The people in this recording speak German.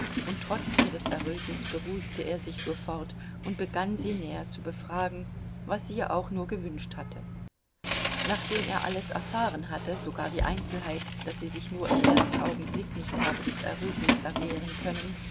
und trotz ihres errötens beruhigte er sich sofort und begann sie näher zu befragen was sie ja auch nur gewünscht hatte nachdem er alles erfahren hatte sogar die einzelheit daß sie sich nur im ersten augenblick nicht habe des errötens erwehren können